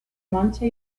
mancha